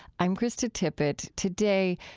i'm krista tippett. today,